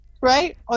right